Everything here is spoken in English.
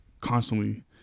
constantly